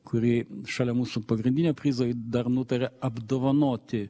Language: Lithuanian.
kuri šalia mūsų pagrindinio prizo ji dar nutarė apdovanoti